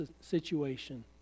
situation